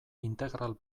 integral